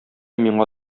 миңа